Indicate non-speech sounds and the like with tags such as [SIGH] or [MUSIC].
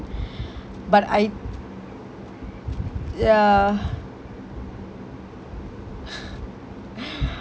[BREATH] but I ya [LAUGHS]